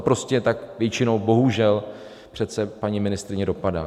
Prostě tak to většinou bohužel přece, paní ministryně, dopadá.